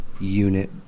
Unit